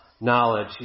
knowledge